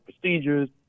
procedures